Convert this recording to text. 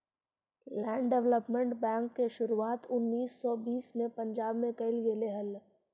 land development bank के शुरुआत उन्नीस सौ बीस में पंजाब में कैल गेले हलइ